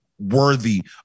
worthy